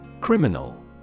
Criminal